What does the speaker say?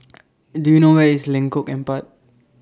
Do YOU know Where IS Lengkok Empat